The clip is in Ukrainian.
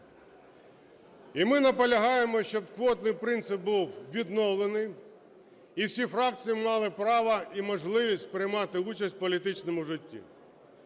І ми наполягаємо, щоб квотний принцип був відновлений і всі фракції мали право і можливість приймати участь в політичному житті.